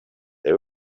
they